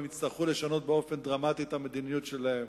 הם יצטרכו לשנות באופן דרמטי את המדיניות שלהם,